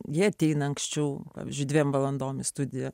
jie ateina anksčiau pavyzdžiui dviem valandom į studiją